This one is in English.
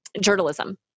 Journalism